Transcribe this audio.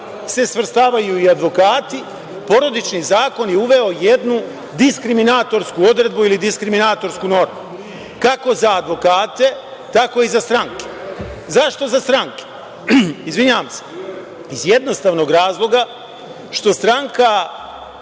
se svrstavaju i advokati Porodični zakon je uveo jednu diskriminatorsku odredbu ili diskriminatorsku normu kako za advokate tako i za stranke.Zašto za stranke? Iz jednostavnog razloga što stranka